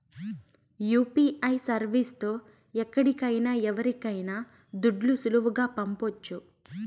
UPI service తో ఎక్కడికైనా ఎవరికైనా దుడ్లు సులువుగా పంపొచ్చు